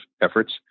efforts